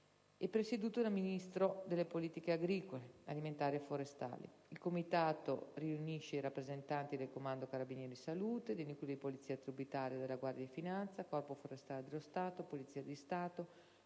agroalimentare. Presieduto dal Ministro delle politiche agricole, alimentari e forestali, il comitato riunisce i rappresentanti del Comando carabinieri salute (NAS), dei nuclei di polizia tributaria della Guardia di finanza, del Corpo forestale dello Stato, della Polizia di Stato,